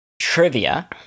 Trivia